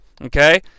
Okay